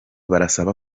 barasaba